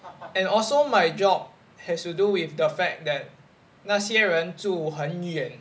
and also my job has to do with the fact that 那些人住很远